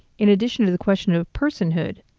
in addition to the question of personhood,